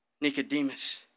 Nicodemus